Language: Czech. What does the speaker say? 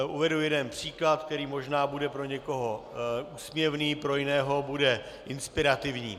Uvedu jeden příklad, který možná bude pro někoho úsměvný, pro jiného bude inspirativní.